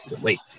wait